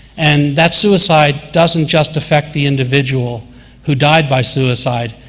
and that suicide doesn't just affect the individual who died by suicide,